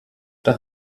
der